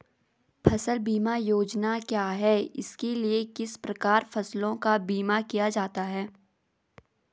फ़सल बीमा योजना क्या है इसके लिए किस प्रकार फसलों का बीमा किया जाता है?